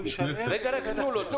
15